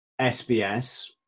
SBS